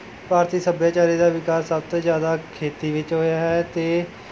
ਭਾਰਤੀ ਸੱਭਿਆਚਾਰ ਦਾ ਵਿਕਾਸ ਸਭ ਤੋਂ ਜ਼ਿਆਦਾ ਖੇਤੀ ਵਿੱਚ ਹੋਇਆ ਹੈ ਅਤੇ